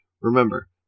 Remember